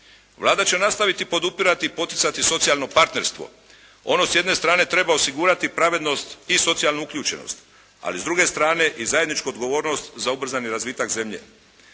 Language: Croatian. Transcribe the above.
Vlada će nastaviti podupirati i poticati socijalno partnerstvo. Ono s jedne strane treba osigurati pravednost i socijalnu uključenost ali s druge strane i zajedničku odgovornost za ubrzani razvitak zemlje.